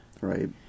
Right